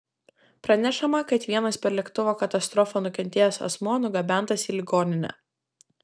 pranešama kad vienas per lėktuvo katastrofą nukentėjęs asmuo nugabentas į ligoninę